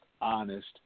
honest